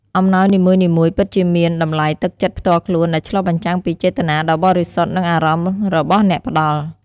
អំណោយនីមួយៗពិតជាមាន តម្លៃទឹកចិត្តផ្ទាល់ខ្លួន ដែលឆ្លុះបញ្ចាំងពីចេតនាដ៏បរិសុទ្ធ និងអារម្មណ៍របស់អ្នកផ្ដល់។